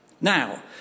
Now